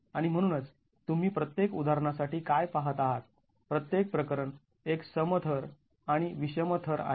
आणि म्हणूनच तुम्ही प्रत्येक उदाहरणासाठी काय पाहत आहात प्रत्येक प्रकरण एक सम थर आणि विषम थर आहे